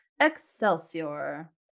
Excelsior